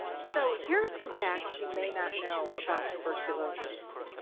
so here are some facts you may not know about tuberculosis.